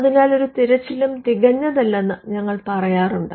അതിനാൽ ഒരു തിരച്ചിലും തികഞ്ഞതല്ലെന്ന് ഞങ്ങൾ പറയാറുണ്ട്